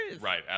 Right